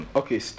okay